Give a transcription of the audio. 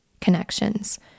connections